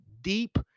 deep